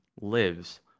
lives